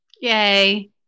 Yay